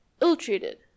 ill-treated